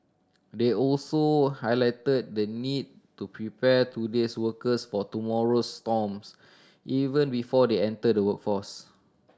he also highlighted the need to prepare today's workers for tomorrow's storms even before they enter the workforce